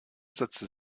setzte